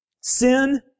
sin